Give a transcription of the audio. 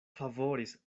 favoris